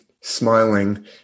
smiling